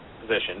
position